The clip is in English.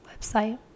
website